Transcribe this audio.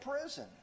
prison